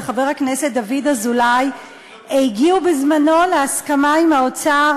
וחבר הכנסת דוד אזולאי הגיעו בזמנו להסכמה עם האוצר